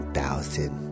thousand